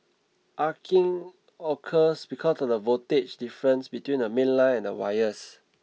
arcing occurs because of the voltage difference between the mainline and wires